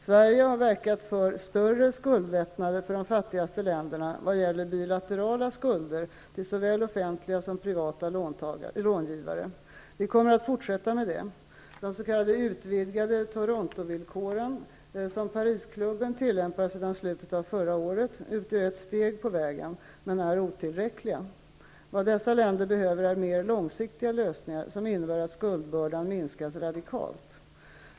Sverige har verkat för större skuldlättnader för de fattigaste länderna vad gäller bilaterala skulder till såväl offentliga som privata långivare. Vi kommer att fortsätta med det. De s.k. utvidgade Torontovillkoren, som Parisklubben tillämpar sedan slutet av förra året, utgör ett steg på vägen men är otillräckliga. Vad dessa länder behöver är mer långsiktiga lösningar som innebär att skuldbördan minskas radikalt.